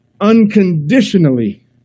unconditionally